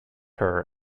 her